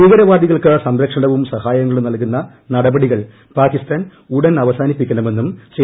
ഭീകരവാദികൾക്ക് സംരക്ഷണസ്റ്റ് ് സഹായങ്ങളും നൽകുന്ന നടപടികൾ പാകിസ്ഥാൻ ഉട്ൻ ്അവസാനിപ്പിക്കണമെന്നും ശ്രീ